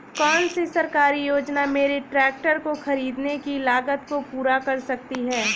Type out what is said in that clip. कौन सी सरकारी योजना मेरे ट्रैक्टर को ख़रीदने की लागत को पूरा कर सकती है?